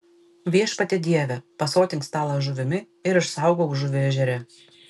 viešpatie dieve pasotink stalą žuvimi ir išsaugok žuvį ežere